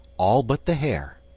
all but the hair.